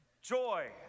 Joy